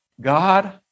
God